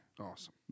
Awesome